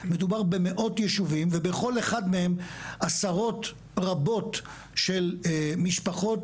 מדובר במאות ישובים ובכל אחד מהם עשרות רבות של משפחות,